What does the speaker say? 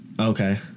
Okay